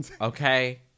Okay